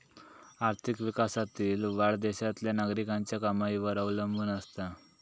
आर्थिक विकासातील वाढ देशातल्या नागरिकांच्या कमाईवर अवलंबून असता